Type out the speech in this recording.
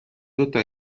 دوتا